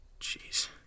Jeez